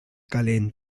calent